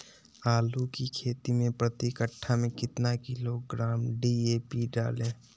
आलू की खेती मे प्रति कट्ठा में कितना किलोग्राम डी.ए.पी डाले?